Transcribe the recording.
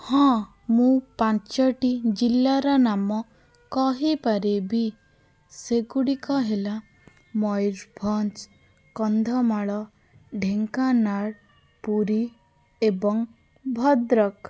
ହଁ ମୁଁ ପାଞ୍ଚଟି ଜିଲ୍ଲାର ନାମ କହିପାରିବି ସେଗୁଡ଼ିକ ହେଲା ମୟୂରଭଞ୍ଜ କନ୍ଧମାଳ ଢେଙ୍କାନାଳ ପୁରୀ ଏବଂ ଭଦ୍ରକ